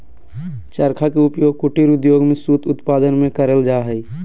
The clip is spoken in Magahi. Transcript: चरखा के उपयोग कुटीर उद्योग में सूत उत्पादन में करल जा हई